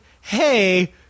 Hey